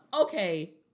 Okay